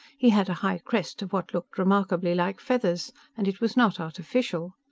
he had a high crest of what looked remarkably like feathers and it was not artificial.